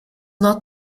not